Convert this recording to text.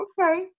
okay